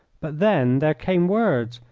but then there came words,